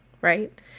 right